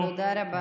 תודה רבה.